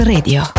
Radio